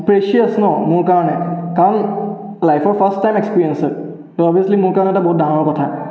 precious ন মোৰ কাৰণে কাৰণ লাইফৰ ফাৰ্ষ্ট টাইম এক্সপিৰিয়েঞ্চ তো অভিয়াছলি মোৰ কাৰণে এটা বহুত ডাঙৰ কথা